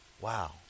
Wow